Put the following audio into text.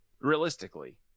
Realistically